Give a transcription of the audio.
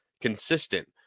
consistent